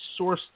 sourced